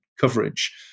coverage